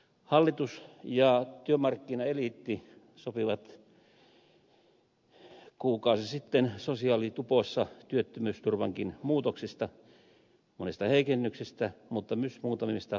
hallitus ja työmarkkinaeliitti sopivat kuukausi sitten sosiaalitupossa työttömyysturvankin muutoksista monista heikennyksistä mutta myös muutamista parannuksista